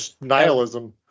Nihilism